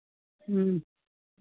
ह्म्म